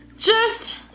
just